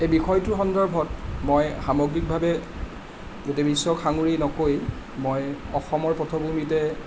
এই বিষয়টোৰ সন্দৰ্ভত মই সামগ্ৰিকভাৱে গোটেই বিশ্বক সাঙুৰি নকৈ মই অসমৰ পটভূমিতে